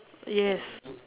yes